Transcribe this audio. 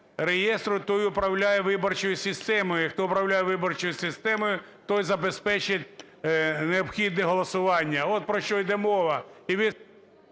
реєстру, той управляє виборчою системою. Хто управляє виборчою системою, той забезпечить необхідне голосування. От про що йде мова.